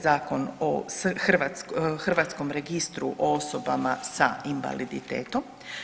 Zakon o hrvatskom registru osoba sa invaliditetom.